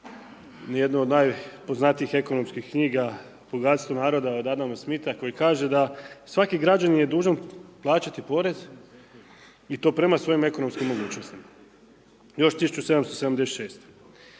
jednu od najpoznatijih ekonomskih knjiga, Bogatstvo naroda od Adama Smitha koji kaže da svaki građanin je dužan plaćati porez i to prema svojim ekonomskim mogućnostima. Još 1776.